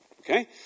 Okay